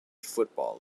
football